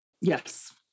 Yes